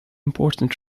important